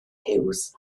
hughes